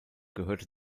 gehörte